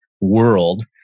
world